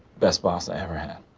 best boss i ever had.